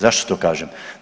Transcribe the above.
Zašto to kažem?